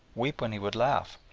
weep when he would laugh.